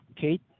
Kate